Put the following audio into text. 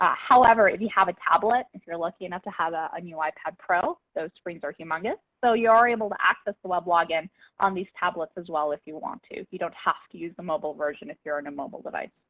ah however, if you have a tablet, if you're lucky enough to have a a new ipad pro, those screens are humungous. so you are able to access the web login on these tablets as well if you want to. you don't have to use the mobile version if you're on and a mobile device.